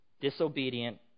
Disobedient